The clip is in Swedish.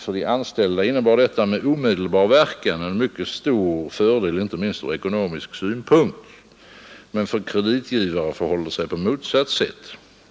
För dem innebar detta med omedelbar verkan en mycket stor fördel inte minst från ekonomisk synpunkt. Men för kreditgivare förhåller det sig på motsatt sätt.